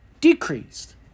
decreased